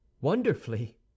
Wonderfully